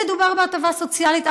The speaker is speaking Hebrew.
לא מדובר בהטבה סוציאלית.